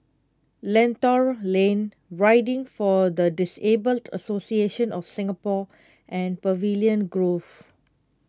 Lentor Lane Riding for the Disabled Association of Singapore and Pavilion Grove